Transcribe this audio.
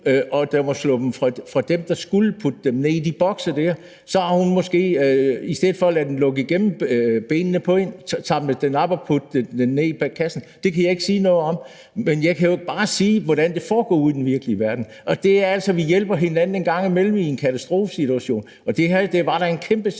og den var sluppet fra dem, der skulle putte dem ned i de bokse der, har samlet den op og puttet den ned i kassen i stedet for at lade den løbe igennem benene på hende. Det kan jeg ikke sige noget om, men jeg kan jo bare sige, hvordan det foregår ude i den virkelige verden, og der er det altså sådan, at vi hjælper hinanden en gang imellem i en katastrofesituation, og det her var da en kæmpe situation,